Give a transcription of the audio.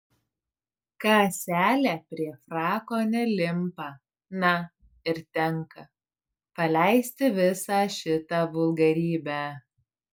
kaselė prie frako nelimpa na ir tenka paleisti visą šitą vulgarybę